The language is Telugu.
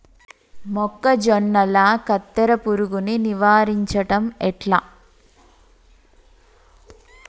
మొక్కజొన్నల కత్తెర పురుగుని నివారించడం ఎట్లా?